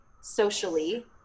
socially